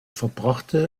verbrachte